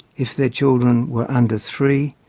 if their children were under three,